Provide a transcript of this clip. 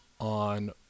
on